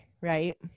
right